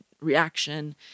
reaction